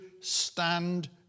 stand